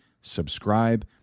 subscribe